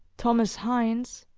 thomas hines,